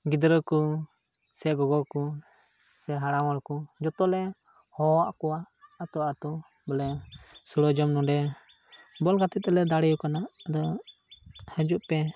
ᱜᱤᱫᱽᱨᱟᱹ ᱠᱚ ᱥᱮ ᱜᱚᱜᱚ ᱠᱚ ᱥᱮ ᱦᱟᱲᱟᱢ ᱦᱚᱲ ᱠᱚ ᱡᱚᱛᱚ ᱞᱮ ᱦᱚᱦᱚᱣᱟᱫ ᱠᱚᱣᱟ ᱟᱹᱛᱩ ᱟᱹᱛᱩ ᱵᱚᱞᱮ ᱥᱩᱬᱟᱹ ᱡᱚᱢ ᱱᱚᱰᱮ ᱵᱚᱞ ᱜᱟᱛᱮ ᱛᱮᱞᱮ ᱫᱟᱲᱮᱭ ᱠᱟᱱᱟ ᱟᱫᱚ ᱦᱟᱹᱡᱩᱜ ᱯᱮ